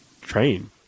train